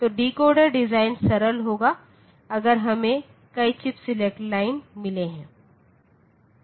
तो decoder design सरल होगाअगर हमे कई चिप सेलेक्ट लाइन मिले है